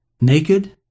naked